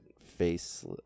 face